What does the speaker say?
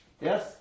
Yes